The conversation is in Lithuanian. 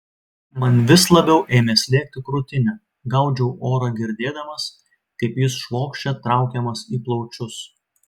man vis labiau ėmė slėgti krūtinę gaudžiau orą girdėdamas kaip jis švokščia traukiamas į plaučius